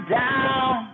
down